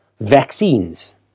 vaccines